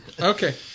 Okay